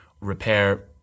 repair